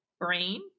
brain